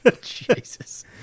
jesus